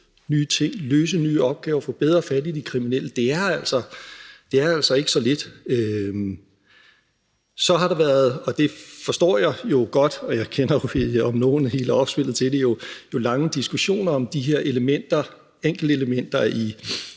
løse nye opgaver, få bedre fat i de kriminelle. Det er altså ikke så lidt. Så har der været, og det forstår jeg jo godt, og jeg kender jo om nogen hele opspillet til det, lange diskussioner om de her enkeltelementer i